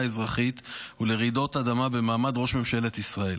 האזרחית ולרעידות אדמה במעמד ראש ממשלת ישראל.